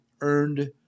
earned